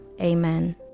Amen